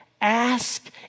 Ask